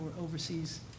overseas